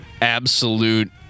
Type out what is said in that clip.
absolute